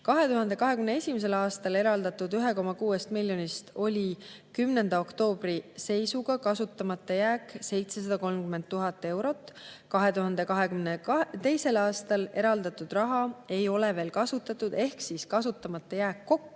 2021. aastal eraldatud 1,6 miljonist oli 10. oktoobri seisuga kasutamata 730 000 eurot. 2022. aastal eraldatud raha ei ole veel kasutatud ehk kasutamata jääk kokku